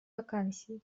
вакансии